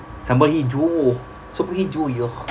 somebody jio somebody jio yo